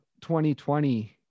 2020